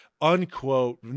unquote